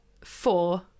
Four